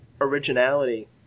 originality